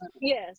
Yes